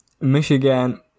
Michigan